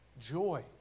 Joy